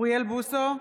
אוריאל בוסו,